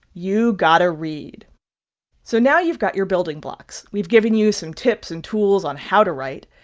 you got to read so now you've got your building blocks. we've given you some tips and tools on how to write.